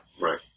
Right